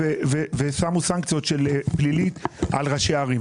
עוד שמו סנקציות פליליות על ראשי ערים,